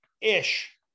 ish